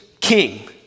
king